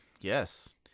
Yes